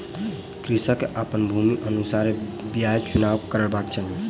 कृषक के अपन भूमिक अनुसारे बीयाक चुनाव करबाक चाही